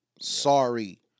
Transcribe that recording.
Sorry